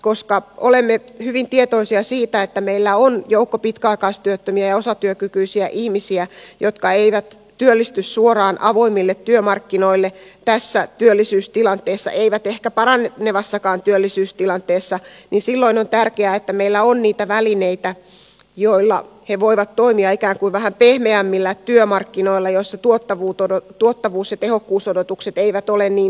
koska olemme hyvin tietoisia siitä että meillä on joukko pitkäaikaistyöttömiä ja osatyökykyisiä ihmisiä jotka eivät työllisty suoraan avoimille työmarkkinoille tässä työllisyystilanteessa eivät ehkä paranevassakaan työllisyystilanteessa silloin on tärkeää että meillä on niitä välineitä joilla he voivat toimia ikään kuin vähän pehmeämmillä työmarkkinoilla joilla tuottavuus ja tehokkuusodotukset eivät ole niin suuria